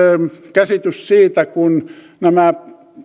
käsitys siitä kun nämä